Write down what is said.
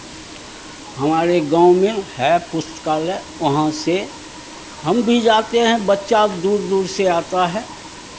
हमारे गाँव में है पुस्तकालय वहाँ से हम भी जाते हैं बच्चा दूर दूर से आता है